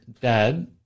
Dad